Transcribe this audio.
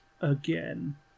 Again